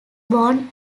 born